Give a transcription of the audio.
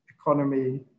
economy